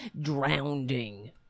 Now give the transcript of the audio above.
Drowning